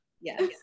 yes